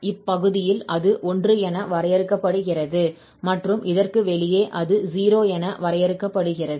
இப்பகுதியில் அது 1 என வரையறுக்கப்படுகிறது மற்றும் இதற்கு வெளியே அது 0 என வரையறுக்கப்படுகிறது